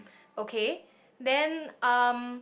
okay then um